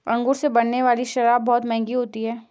अंगूर से बनने वाली शराब बहुत मँहगी होती है